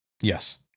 Yes